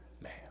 man